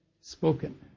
spoken